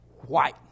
white